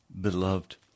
Beloved